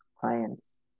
clients